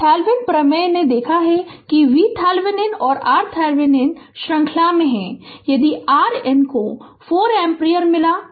Thevenin के प्रमेय ने देखा है कि V Thevenin और RThevenin श्रृंखला में हैं यहाँ r IN को 4 एम्पीयर मिला है और RN को मिला है